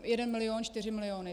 Jeden milion čtyři milióny.